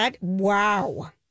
Wow